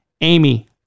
Amy